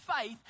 faith